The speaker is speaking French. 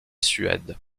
suède